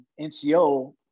NCO